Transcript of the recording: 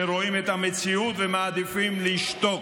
שרואים את המציאות ומעדיפים לשתוק.